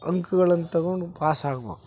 ಅಂಕಗಳನ್ನು ತಗೊಂಡು ಪಾಸ್ ಆಗ್ಬೇಕು